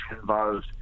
involved